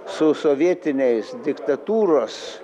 su sovietiniais diktatūros